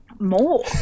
More